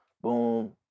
boom